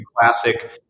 classic